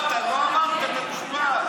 לא, לא אמרת את המשפט.